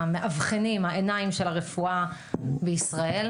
המכשירים המאבחנים, העיניים של הרפואה בישראל.